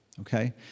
Okay